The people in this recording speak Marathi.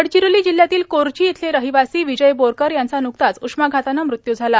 गडचिरोली जिल्ह्यातील कोरची इथले रहिवासी विजय बोरकर यांचा न्कताच उष्माघातानं मृत्यू झाला